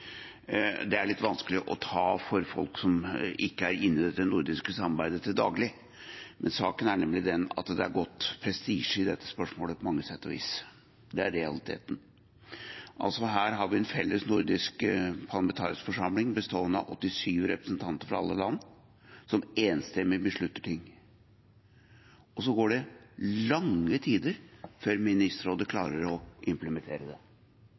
Det er litt vanskelig å ta for folk som ikke er inne i dette nordiske samarbeidet til daglig, men saken er nemlig den at det har gått prestisje i dette spørsmålet, på mange sett og vis. Det er realiteten. Her har vi en felles nordisk parlamentarisk forsamling, bestående av 87 representanter fra alle land, som enstemmig beslutter ting, og så går det lange tider før Ministerrådet klarer å implementere det.